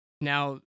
now